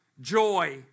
joy